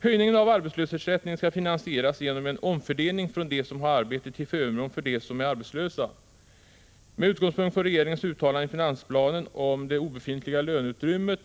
— Höjningen av arbetslöshetsersättningen skall finansieras genom en omfördelning från dem som har arbete till förmån för dem som är arbetslösa — med utgångspunkt i regeringens uttalande i finansplanen om det obefintliga löneutrymmet